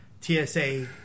TSA